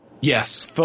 Yes